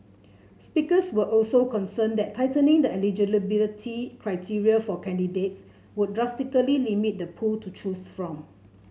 speakers were also concerned that tightening the eligibility criteria for candidates would drastically limit the pool to choose from